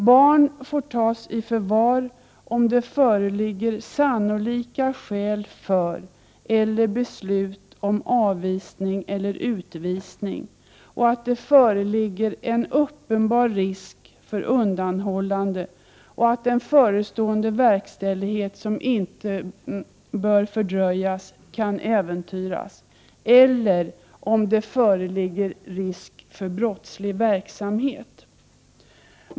Barn får tas i förvar om det föreligger inte bör tördröjas, kan äventyras, eller om det toreligger TISK tor Drottslig verksamhet.